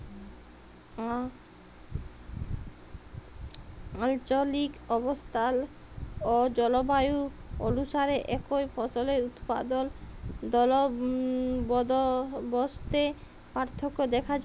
আলচলিক অবস্থাল অ জলবায়ু অলুসারে একই ফসলের উৎপাদল বলদবস্তে পার্থক্য দ্যাখা যায়